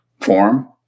form